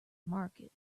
market